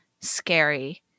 scary